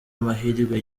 mahirwe